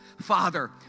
Father